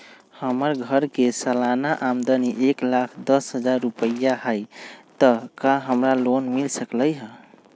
हमर घर के सालाना आमदनी एक लाख दस हजार रुपैया हाई त का हमरा लोन मिल सकलई ह?